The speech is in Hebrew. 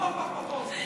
ונתמוך בך בחוק.